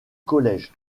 college